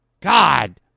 God